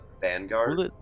Vanguard